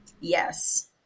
Yes